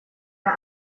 der